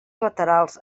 laterals